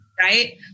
right